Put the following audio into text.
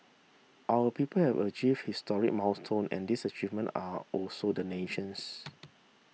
our people have achieve historic milestone and these achievement are also the nation's